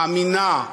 האמינה,